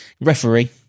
Referee